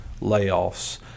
layoffs